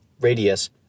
Radius